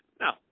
Now